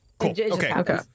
okay